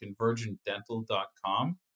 convergentdental.com